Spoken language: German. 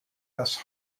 das